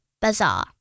bazaar